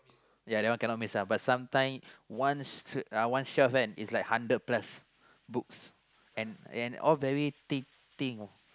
ya that one cannot miss ah but sometimes one uh one shelf kan is like hundred plus books and and all very thick thing